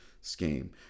scheme